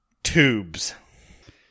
Tubes